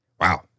Wow